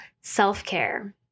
Self-care